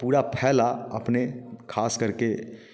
पूरा फैला अपने खासकर के